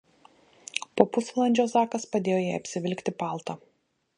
po pusvalandžio zakas padėjo jai apsivilkti paltą